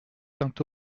saint